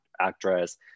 actress